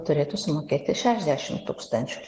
turėtų sumokėti šešiasdešimt tūkstančių